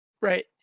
Right